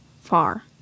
far